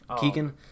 Keegan